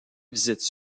visite